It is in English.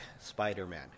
Spider-Man